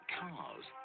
cars